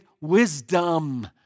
wisdom